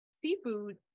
seafood